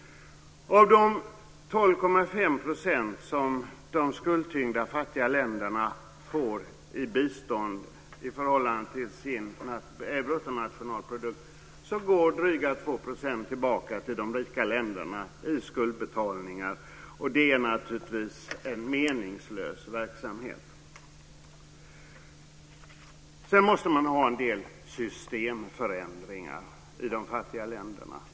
Av de 12,5 % som de skuldtyngda fattiga länderna får i bistånd i förhållande till sin bruttonationalprodukt går drygt Det är naturligtvis en meningslös verksamhet. Man måste även göra en del systemförändringar i de fattiga länderna.